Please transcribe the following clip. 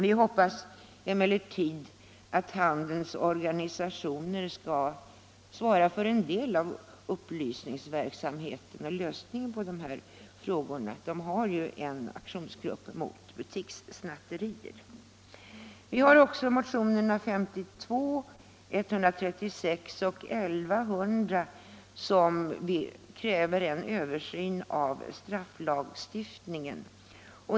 Vi hoppas att handelns organisationer skall svara för en del av upplysningsverksamheten och lösningen på de här frågorna. De har ju en aktionsgrupp mot butikssnatterier. Motionerna 52, 136 och 1100 kräver en översyn av strafflagstiftningen.